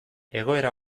egoera